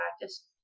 practice